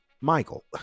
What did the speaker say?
michael